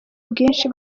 bwinshi